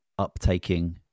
uptaking